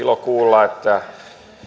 oli ilo kuulla että